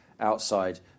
outside